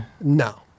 no